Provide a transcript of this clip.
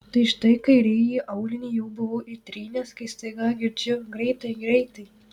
tai štai kairįjį aulinį jau buvau įtrynęs kai staiga girdžiu greitai greitai